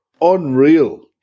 unreal